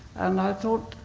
and i thought,